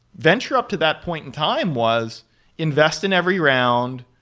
venture up to that point in time was invested in every round,